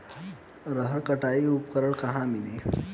रहर कटाई उपकरण कहवा मिली?